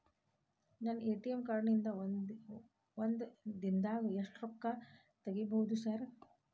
ನನ್ನ ATM card ನಿಂದಾ ಒಂದ್ ದಿಂದಾಗ ಎಷ್ಟ ರೊಕ್ಕಾ ತೆಗಿಬೋದು ಸಾರ್?